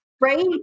Right